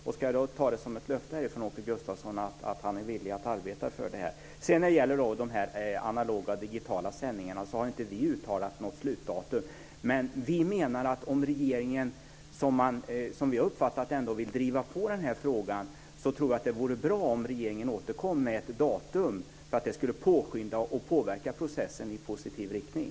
Ska jag ta det som ett löfte från Åke Gustavsson att han är villig att arbeta för detta? När det gäller de analoga och digitala sändningarna har inte vi uttalat något slutdatum. Men vi menar att om regeringen, som vi har uppfattat det, ändå vill driva på den här frågan, tror jag att det vore bra om regeringen återkom med ett datum. Det skulle påskynda och påverka processen i positiv riktning.